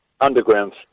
underground